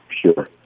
sure